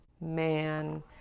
man